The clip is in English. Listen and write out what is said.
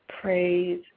Praise